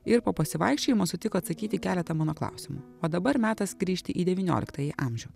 ir po pasivaikščiojimo sutiko atsakyti į keletą mano klausimų o dabar metas grįžti į devynioliktąjį amžių